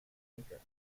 anchor